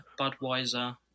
Budweiser